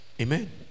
Amen